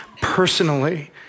personally